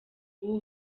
ubu